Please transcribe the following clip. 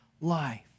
life